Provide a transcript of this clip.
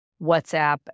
WhatsApp